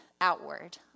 outward